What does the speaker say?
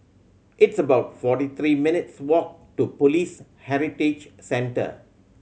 it's about forty three minutes' walk to Police Heritage Centre